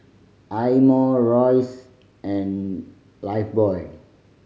Eye Mo Royce and Lifebuoy